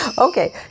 Okay